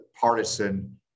partisan